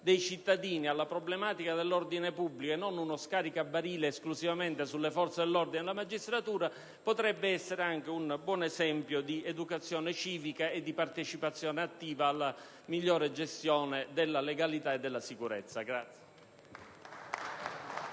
dei cittadini alla problematica dell'ordine pubblico e non uno scarica barile esclusivamente sulle forze dell'ordine e sulla magistratura, potrebbe probabilmente essere un buon esempio di educazione civica e di partecipazione attiva alla migliore gestione della legalità e della sicurezza.